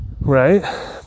right